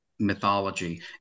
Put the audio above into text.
mythology